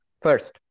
First